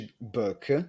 book